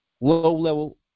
low-level